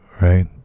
Right